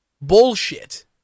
Bullshit